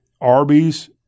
Arby's